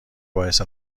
باعث